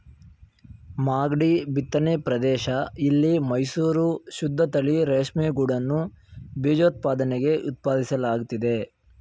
ಮಾಗ್ಡಿ ಬಿತ್ತನೆ ಪ್ರದೇಶ ಇಲ್ಲಿ ಮೈಸೂರು ಶುದ್ದತಳಿ ರೇಷ್ಮೆಗೂಡನ್ನು ಬೀಜೋತ್ಪಾದನೆಗೆ ಉತ್ಪಾದಿಸಲಾಗ್ತಿದೆ